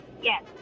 Yes